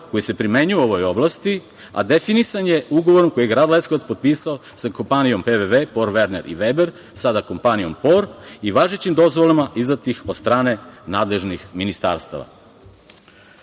koji se primenjuju u ovoj oblasti, a definisan je ugovorom koji je grad Leskovac potpisao sa kompanijom PVV Por Verner i Veber, sada kompanijom Por i važećim dozvolama izdatim od strane nadležnih ministarstava. Kao